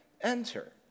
enter